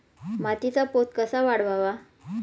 मातीचा पोत कसा वाढवावा?